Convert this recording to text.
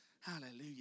Hallelujah